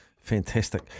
Fantastic